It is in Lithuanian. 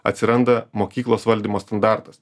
atsiranda mokyklos valdymo standartas